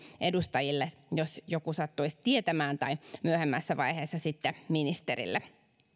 edustajille jos joku sattuisi tietämään tai myöhemmässä vaiheessa sitten ministerille